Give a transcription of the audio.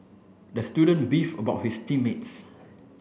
the student beefed about his team mates